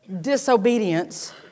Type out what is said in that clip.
disobedience